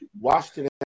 Washington